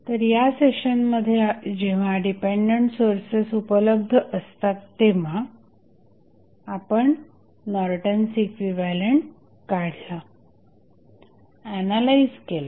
तर या सेशनमध्ये जेव्हा डिपेंडंट सोर्सेस उपलब्ध असतात तेव्हा आपण नॉर्टन्स इक्विव्हॅलंट काढला एनालाईझ केला